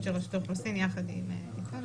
של רשות האוכלוסין יחד עם עוד וכולי.